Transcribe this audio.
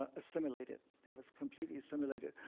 ah assimilated. they've completely assimilated.